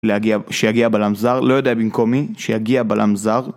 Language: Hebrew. להגיע, שיגיע בלם זר, לא יודע במקום מי, שיגיע בלם זר